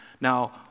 Now